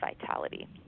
vitality